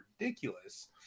ridiculous